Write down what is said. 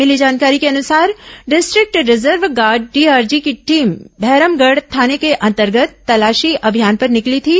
मिली जानकारी के अनुसार डिस्ट्रिक्ट रिजर्व गार्ड डीआरजी की टीम भैरमगढ़ थाने के अंतर्गत तलाशी अभियान पर निकली थी